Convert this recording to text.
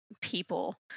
people